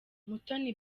mutoni